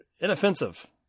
Inoffensive